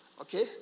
Okay